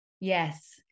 Yes